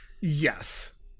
Yes